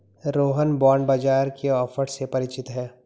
Rohan bond बाजार के offer से परिचित है